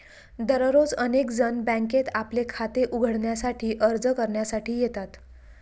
दररोज अनेक जण बँकेत आपले खाते उघडण्यासाठी अर्ज करण्यासाठी येतात